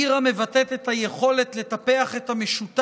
עיר המבטאת את היכולת לטפח את המשותף